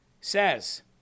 says